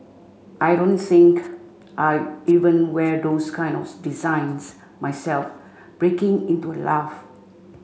I don't think I even wear those kind of designs myself breaking into a laugh